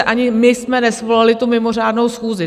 Ani my jsme nesvolali tu mimořádnou schůzi.